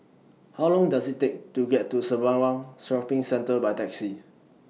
How Long Does IT Take to get to Sembawang Shopping Centre By Taxi